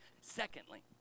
Secondly